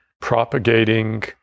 propagating